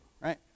right